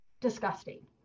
disgusting